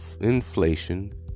inflation